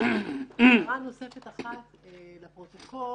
להוסיף הערה נוספת אחת לפרוטוקול.